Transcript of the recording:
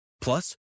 Plus